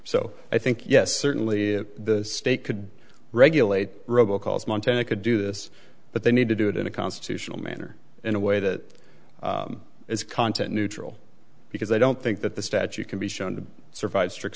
so i think yes certainly the state could regulate robo calls montana could do this but they need to do it in a constitutional manner in a way that is content neutral because i don't think that the statue can be shown to survive strict